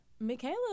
Michaela